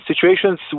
situations